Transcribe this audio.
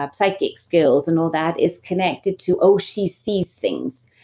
ah psychic skills and all that is connected to oh, she sees things.